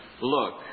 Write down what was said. look